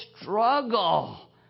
struggle